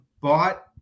bought